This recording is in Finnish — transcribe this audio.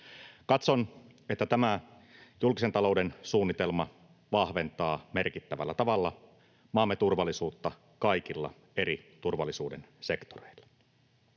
Katson, että tämä julkisen talouden suunnitelma vahventaa merkittävällä tavalla maamme turvallisuutta kaikilla eri turvallisuuden sektoreilla.